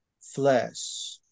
flesh